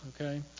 okay